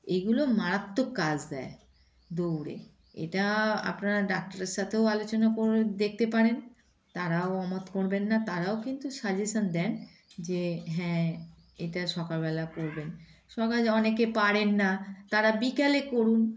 এগুলো মারাত্মক কাজ দেয় দৌড়ে এটা আপনারা ডাক্তারের সাথেও আলোচনা করে দেখতে পারেন তারাও অমত করবেন না তারাও কিন্তু সাজেশান দেন যে হ্যাঁ এটা সকালবেলা করবেন সকালে অনেকে পারেন না তারা বকোলে করুন